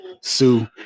sue